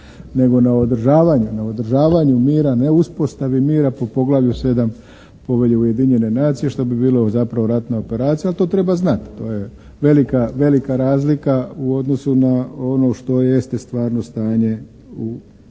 nego na održavanju, održavanju mira, ne uspostavi mira po poglavlju sedam Povelje Ujedinjene nacije što bi bilo zapravo ratna operacija. Ali to treba znati. To je velika, velika razlika u odnosu na ono što jeste stvarno stanje u